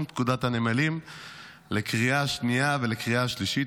פקודת הנמלים לקריאה השנייה ולקריאה השלישית.